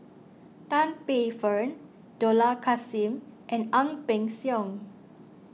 Tan Paey Fern Dollah Kassim and Ang Peng Siong